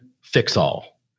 fix-all